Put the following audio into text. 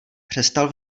přestal